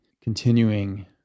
continuing